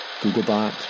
Googlebot